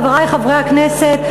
חברי חברי הכנסת,